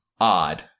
odd